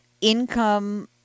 income